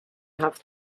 have